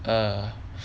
err